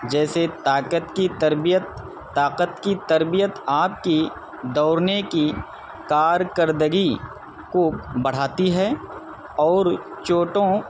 جیسے طاقت کی تربیت طاقت کی تربیت آپ کی دوڑنے کی کارکردگی کو بڑھاتی ہے اور چوٹوں